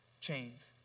chains